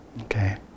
Okay